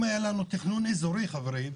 אם היה לנו תכנון אזורי, חברים,